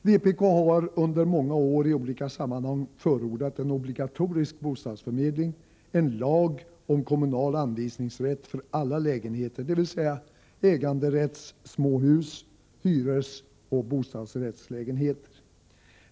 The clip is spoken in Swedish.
Vpk har under många år i olika sammanhang förordat en obligatorisk bostadsförmedling, en lag om kommunal anvisningsrätt för alla lägenheter, dvs. äganderättssmåhus, hyresoch bostadsrättslägenheter.